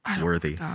Worthy